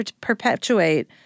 perpetuate